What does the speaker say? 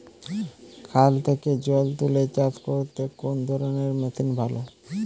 খাল থেকে জল তুলে চাষ করতে কোন ধরনের মেশিন ভালো?